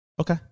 Okay